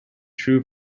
true